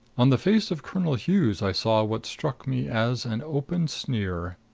on the face of colonel hughes i saw what struck me as an open sneer.